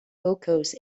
vocals